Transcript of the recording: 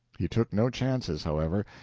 he took no chances, however,